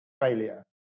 failure